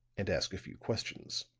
and ask a few questions.